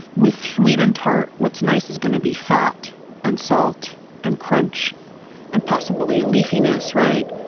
with sweet and tart, what's nice is going to be fat and salt and crunch and possibly leafiness, right?